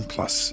Plus